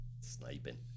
Sniping